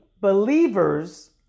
believers